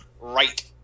right